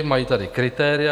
Mají tady kritéria.